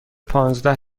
پانزده